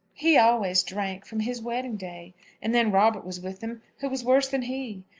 he always drank from his wedding-day and then robert was with him, who was worse than he.